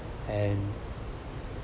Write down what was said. and